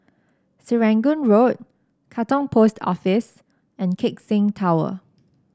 Serangoon Road Katong Post Office and Keck Seng Tower